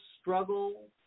struggle